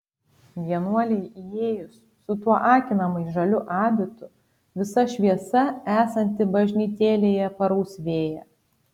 vienuolei įėjus su tuo akinamai žaliu abitu visa šviesa esanti bažnytėlėje parausvėja